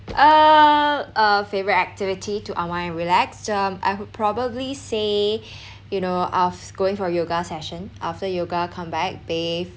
uh a favourite activity to unwind and relax um I would probably say you know of going for yoga session after yoga come back bathe